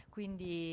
Quindi